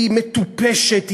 היא מטופשת,